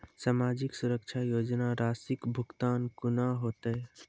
समाजिक सुरक्षा योजना राशिक भुगतान कूना हेतै?